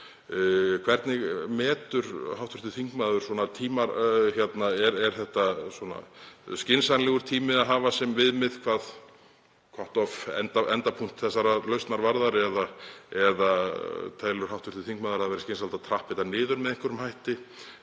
Hvernig metur hv. þingmaður það, er þetta skynsamlegur tími að hafa sem viðmið hvað endapunkt þessarar lausnar varðar eða telur hv. þingmaður að það væri skynsamlegt að trappa þetta niður með einhverjum hætti?